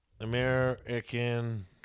American